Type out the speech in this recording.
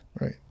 right